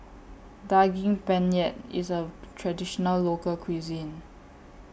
Daging Penyet IS A Traditional Local Cuisine